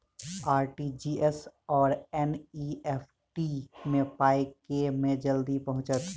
RTGS आओर NEFT मे पाई केँ मे जल्दी पहुँचत?